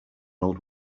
old